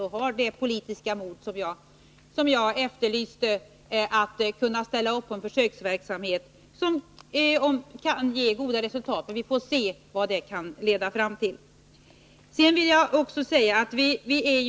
Det visar också att socialdemokraterna har det politiska mod jag efterlyste för att kunna ställa upp på en försöksverksamhet som kan ge goda resultat. Vi får se vad den sedan kan leda fram till. Vi är mycket eniga om målen.